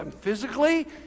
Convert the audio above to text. Physically